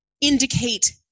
indicate